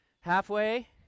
Halfway